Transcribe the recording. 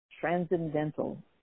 transcendental